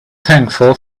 thankful